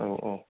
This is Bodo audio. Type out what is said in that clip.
औ औ